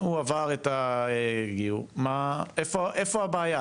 הוא עבר את הגיור, מה, איפה הבעיה?